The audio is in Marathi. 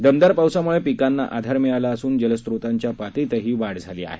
दमदार पावसामुळे पिकांना आधार मिळाला असून जलस्त्रोतांच्या पातळीतही वाढ झाली आहे